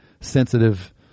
sensitive